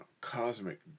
cosmic